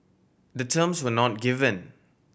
the terms were not given